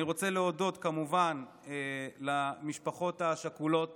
אני רוצה להודות, כמובן, למשפחות השכולות